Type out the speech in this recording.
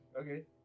Okay